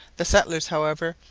the settlers, however,